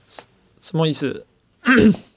什么意思